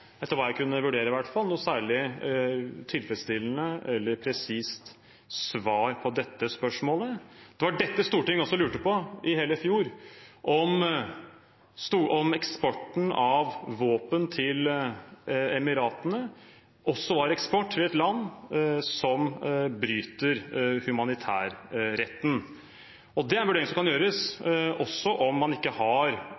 etter hva jeg kunne vurdere i hvert fall, et særlig tilfredsstillende eller presist svar på dette spørsmålet. Det var dette Stortinget også lurte på i hele fjor, om eksporten av våpen til Emiratene også var eksport til et land som bryter humanitærretten. Det er en vurdering som kan